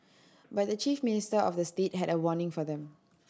but the chief minister of the state had a warning for them